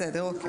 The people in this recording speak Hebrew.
בסדר, אוקיי.